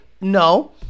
no